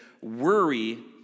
worry